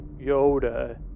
Yoda